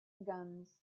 guns